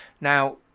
Now